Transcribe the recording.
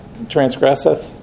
transgresseth